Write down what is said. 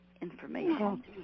information